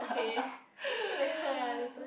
okay (pb) later ah later